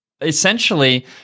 essentially